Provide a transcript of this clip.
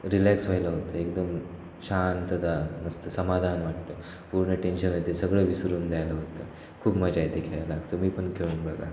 relax व्हायला होतं एकदम शांतता नुसतं समाधान वाटतं पूर्ण टेंशन आहे जे सगळं विसरून जायला होतं खूप मजा येते खेळायला तुम्ही पण खेळून बघा